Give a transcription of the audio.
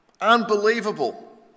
unbelievable